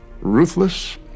ruthless